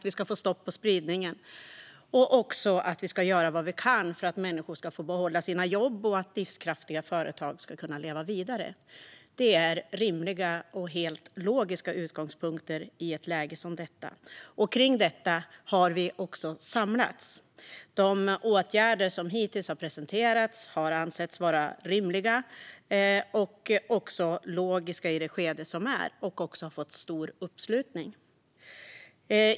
Vi ska göra allt vi kan för att få stopp på spridningen, för att människor ska få behålla sina jobb och för att livskraftiga företag ska kunna leva vidare. Det är rimliga och helt logiska utgångspunkter i ett läge som detta. Kring detta har vi samlats. De åtgärder som hittills har presenterats har ansetts vara rimliga och logiska i nuvarande skede och har också fått stor uppslutning.